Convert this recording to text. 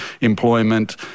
employment